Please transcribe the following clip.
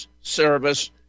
Service